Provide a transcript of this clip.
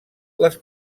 les